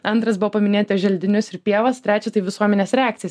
antras buvo paminėti želdinius ir pievas trečia tai visuomenės reakcijas